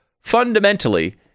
Fundamentally